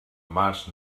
març